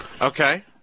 Okay